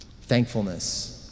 Thankfulness